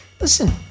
Listen